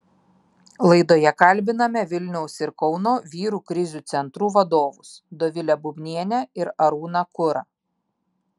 laidoje kalbiname vilniaus ir kauno vyrų krizių centrų vadovus dovilę bubnienę ir arūną kurą